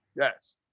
Yes